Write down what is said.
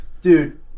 Dude